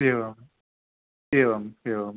एवम् एवम् एवम्